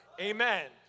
Amen